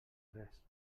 res